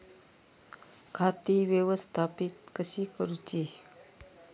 खाती व्यवस्थापित कशी करूची?